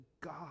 God